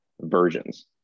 versions